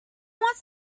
wants